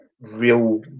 real